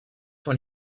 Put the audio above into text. when